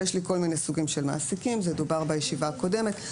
ויש כל מיני סוגים של מעסיקים זה דובר בישיבה הקודמת,